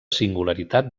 singularitat